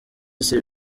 isi